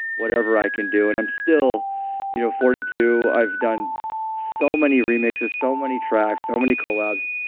whatever i can do. and i'm still you know forty two, i've done so many remixes, so many tracks, so many collabs,